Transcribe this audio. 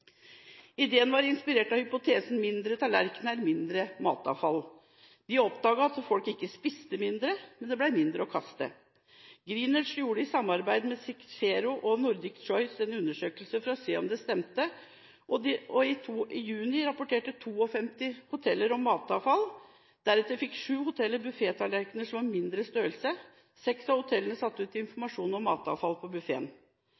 Ideen var inspirert av hypotesen «mindre tallerken – mindre matavfall». De oppdaget at folk ikke spiste mindre, men at det ble mindre å kaste. GreeNudge gjorde i samarbeid med Cicero og Nordic Choice en undersøkelse for å se om det stemte. I juni rapporterte 52 hoteller om sitt matavfall. Deretter fikk sju hoteller buffettallerkener som var av mindre størrelse, mens seks av hotellene satte ut